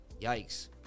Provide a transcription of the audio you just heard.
Yikes